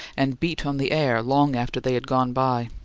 and beat on the air long after they had gone by.